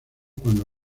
cuando